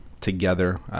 together